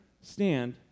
stand